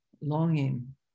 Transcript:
longing